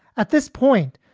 at this point,